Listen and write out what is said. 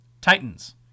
Titans